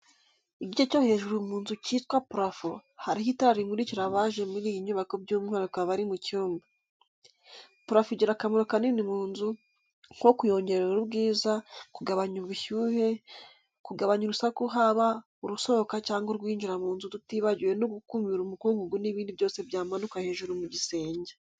Igice cyo hejuru mu nzu kitwa purafo hariho itara rimurikira abaje muri iyi nyubako by'umwihariko abari mu cyumba. Purafo igira akamaro kanini mu nzu, nko kuyongerera ubwiza, kugabanya ubushyuhe, kuganya urusaku haba urusohoka cyangwa urwinjira mu nzu tutibagiwe no gukumira umukungugu n'ibindi byose byamanuka hejuru mu gisenge.